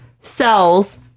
cells